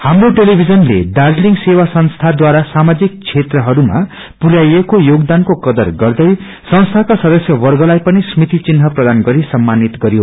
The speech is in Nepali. हाम्रो टेलिभिजनले दार्जीलिङ सेवा संस्थाद्वारा साामाजिक क्षेत्रमा संस्थाद्वारा पुरयाईएको योगदानको कदर गर्दै संस्थाका सदस्य वर्गलाई पनि स्मृति चिन्ह प्रदान गरि सम्मानित गर्यो